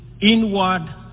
inward